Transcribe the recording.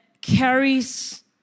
carries